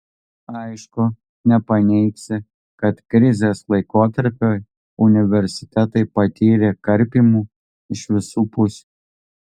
aišku nepaneigsi kad krizės laikotarpiu universitetai patyrė karpymų iš visų pusių